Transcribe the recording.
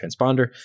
transponder